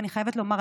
ואני חייבת לומר,